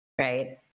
right